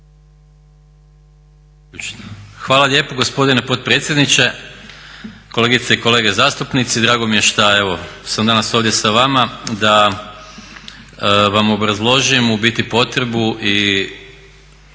Hvala lijepo gospodine potpredsjedniče, kolegice i kolege zastupnici. Drago mi je što evo sam ovdje danas sa vama da vam obrazložim u biti potrebu i